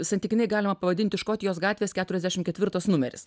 santykinai galima pavadinti škotijos gatvės keturiasdešimt ketvirtas numeris